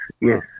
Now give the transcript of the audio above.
yes